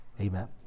amen